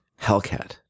Hellcat